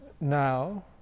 now